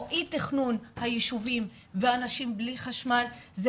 או אי תכנון היישובים ואנשים בלי חשמל זה